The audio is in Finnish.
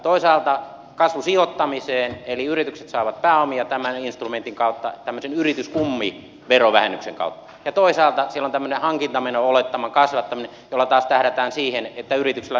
toisaalta kasvusijoittamiseen eli yritykset saavat pääomia tämän instrumentin kautta tämmöisen yrityskummiverovähennyksen kautta ja toisaalta siellä on tämmöinen hankintameno olettaman kasvattaminen jolla taas tähdätään siihen että yrityksillä on intressi kasvaa